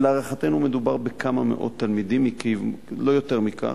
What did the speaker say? להערכתנו מדובר בכמה מאות תלמידים ולא יותר מכך,